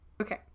Okay